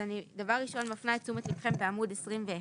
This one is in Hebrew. דבר ראשון אני מפנה את תשומת ליבכם בעמוד 21,